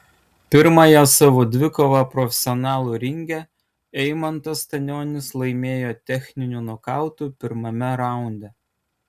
pirmąją savo dvikovą profesionalų ringe eimantas stanionis laimėjo techniniu nokautu pirmame raunde